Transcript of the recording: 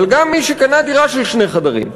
אבל גם מי שקנה דירה של שני חדרים,